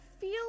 feel